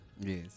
Yes